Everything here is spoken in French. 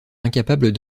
incapables